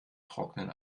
trocknen